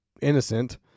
innocent